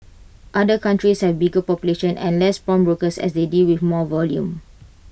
other countries have A bigger population and less pawnbrokers as they deal with more volume